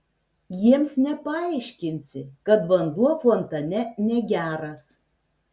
jiems nepaaiškinsi kad vanduo fontane negeras